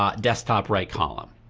um desktop right column.